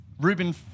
Ruben